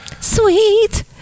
Sweet